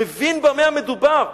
מבין במה המדובר.